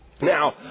Now